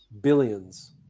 billions